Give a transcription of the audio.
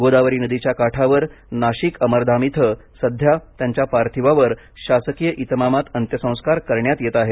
गोदावरी नदीच्या काठावर नाशिक अमरधाम इथं सध्या त्यांच्या पार्थिवावर शासकीय इतमामात अंत्यसंस्कार करण्यात येत आहेत